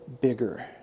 bigger